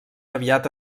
aviat